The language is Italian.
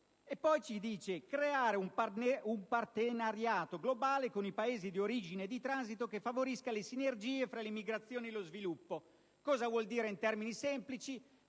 poi di creare un partenariato globale con i Paesi di origine e di transito che favorisca le sinergie tra le immigrazioni e lo sviluppo. In termini semplici,